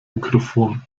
mikrofon